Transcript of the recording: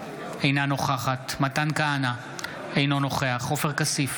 אינה נוכחת מתן כהנא, אינו נוכח עופר כסיף,